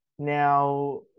Now